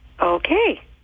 Okay